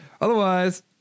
Otherwise